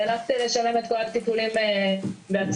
נאלצתי לשלם את כל הטיפולים בעצמי,